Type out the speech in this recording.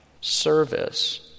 service